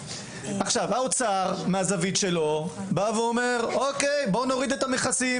האוצר מהזווית שלו אומר להוריד את המכסים